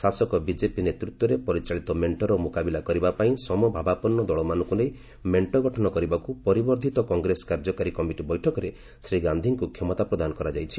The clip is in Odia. ଶାସକ ବିଜେପି ନେତୃତ୍ୱରେ ପରିଚାଳିତ ମେଣ୍ଟର ମୁକାବିଲା କରିବା ପାଇଁ ସମଭାବାପନ୍ନ ଦଳମାନଙ୍କୁ ନେଇ ମେଣ୍ଟ ଗଠନ କରିବାକୁ ପରିବର୍ଦ୍ଧିତ କଂଗ୍ରେସ କାର୍ଯ୍ୟକାରୀ କମିଟି ବୈଠକରେ ଶ୍ରୀ ଗାନ୍ଧୀଙ୍କୁ କ୍ଷମତା ପ୍ରଦାନ କରାଯାଇଛି